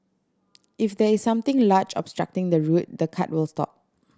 if there is something large obstructing the route the cart will stop